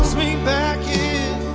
me back in